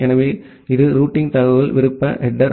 எனவே இது ரூட்டிங் தகவல் விருப்ப ஹெடேர்